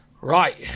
Right